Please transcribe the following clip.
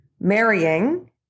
marrying